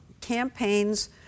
Campaigns